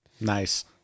Nice